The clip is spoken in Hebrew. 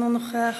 אינו נוכח,